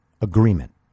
agreement